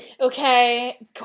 Okay